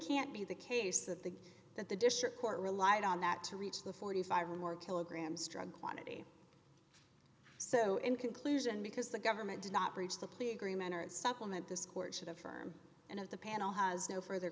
can't be the case that the that the district court relied on that to reach the forty five or more kilograms drug quantity so in conclusion because the government did not breach the plea agreement supplement this court should affirm and of the panel has no further